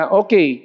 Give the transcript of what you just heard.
okay